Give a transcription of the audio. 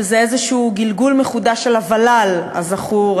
שזה איזשהו גלגול מחודש של הוול"ל הזכור,